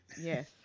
yes